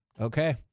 Okay